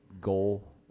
goal